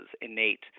innate